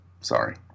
Sorry